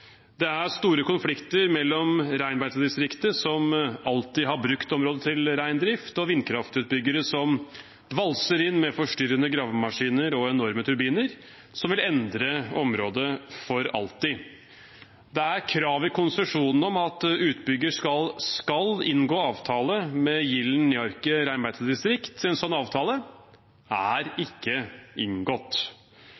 Det er store konflikter mellom reinbeitedistriktet, som alltid har brukt området til reindrift, og vindkraftutbyggere som valser inn med forstyrrende gravemaskiner og enorme turbiner, som vil endre området for alltid. Det er krav i konsesjonen om at utbygger skal inngå avtale med Jillen-Njaarke reinbeitedistrikt. En sånn avtale er ikke inngått. Stortingets enstemmige vedtak i